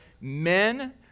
men